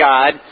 God